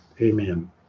Amen